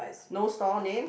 no store name